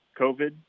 COVID